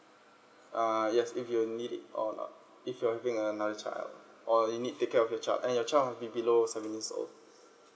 uh yes if you need it or if you're having another child or you need take care of your child and your child must be below seven years old